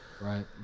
Right